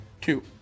Two